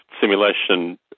simulation